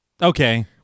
Okay